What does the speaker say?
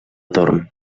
torn